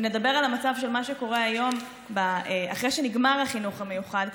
אם נדבר על המצב של מה שקורה היום אחרי שנגמר החינוך המיוחד,